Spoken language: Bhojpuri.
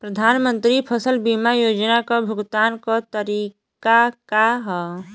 प्रधानमंत्री फसल बीमा योजना क भुगतान क तरीकाका ह?